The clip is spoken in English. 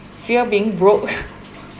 fear being broke